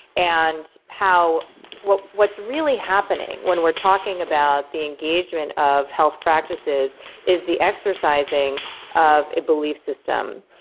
and how what's what's really happening when we're talking about the engagement of health practices is the exercising of a belief system.